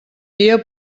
dia